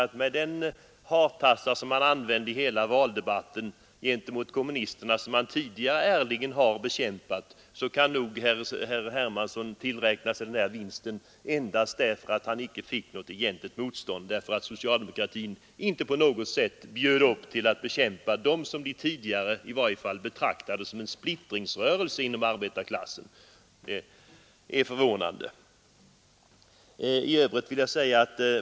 Med de hartassar som herr Palme använde i hela valdebatten gentemot kommunisterna, som han tidigare ärligen har bekämpat, kan nog herr Hermansson tillgodoräkna sig den här vinsten endast därför att han icke mötte något egentligt motstånd. Socialdemokraterna bjöd inte på något sätt till för att bekämpa det parti som de i varje fall tidigare betraktat som en splittringsrörelse inom arbetarklassen. Det är förvånande.